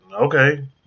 okay